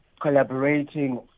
collaborating